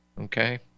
okay